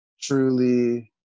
truly